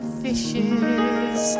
fishes